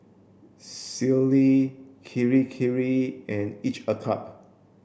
Sealy Kirei Kirei and Each a cup